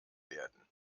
werden